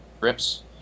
grips